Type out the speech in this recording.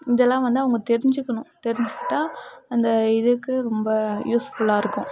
இதெல்லாம் வந்து அவங்க தெரிஞ்சுக்கணும் தெரிஞ்சுக்கிட்டா அந்த இதுக்கு ரொம்ப யூஸ்ஃபுல்லாக இருக்கும்